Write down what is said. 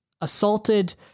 assaulted